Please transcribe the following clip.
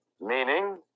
meaning